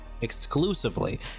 exclusively